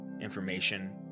information